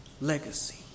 legacy